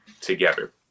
together